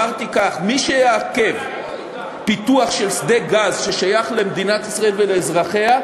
אמרתי כך: מי שיעכב פיתוח של שדה גז ששייך למדינת ישראל ולאזרחיה,